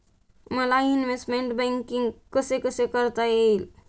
मला investment banking कसे कसे करता येईल?